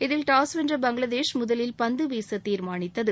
இதில் டாஸ் வென்ற பங்களாதேஷ் முதலில் பந்து வீச தீர்மானித்தது